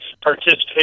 participate